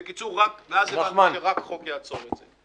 בקיצור, אז הבנתי שרק חוק יעצור את זה.